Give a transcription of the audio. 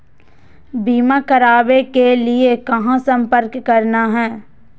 बीमा करावे के लिए कहा संपर्क करना है?